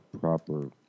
proper